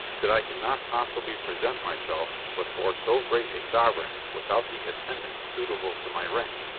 that i cannot possibly present myself before so great a sovereign without the attendants suitable to my rank.